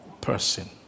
person